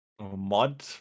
Mod